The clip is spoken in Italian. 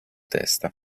testa